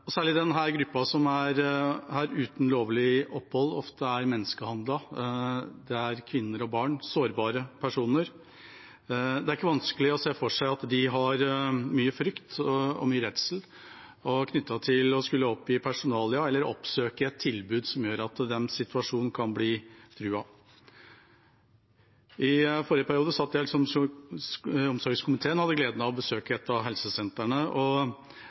Særlig denne gruppen, som er her uten lovlig opphold, er ofte ofre for menneskehandel, kvinner og barn, sårbare personer. Det er ikke vanskelig å se for seg at de har mye frykt og mye redsel knyttet til å skulle oppgi personalia eller oppsøke et tilbud som gjør at situasjonen deres kan bli truet. I forrige periode satt jeg i helse- og omsorgskomiteen og hadde gleden av å besøke et av helsesentrene. Det er mange skjebner og